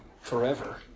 forever